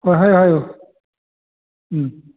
ꯍꯣꯏ ꯍꯥꯏꯌꯨ ꯍꯥꯏꯌꯨ ꯎꯝ